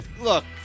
look